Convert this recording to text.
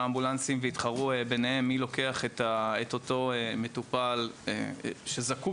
אמבולנסים ויתחרו ביניהם מי לוקח את אותו מטופל שזקוק